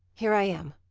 here i am.